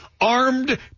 Armed